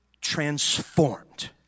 transformed